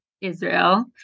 Israel